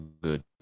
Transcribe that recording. good